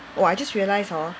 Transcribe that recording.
oh I just realise hor